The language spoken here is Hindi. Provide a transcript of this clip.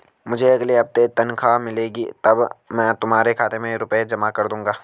मुझे अगले हफ्ते तनख्वाह मिलेगी तब मैं तुम्हारे खाते में रुपए जमा कर दूंगा